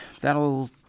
that'll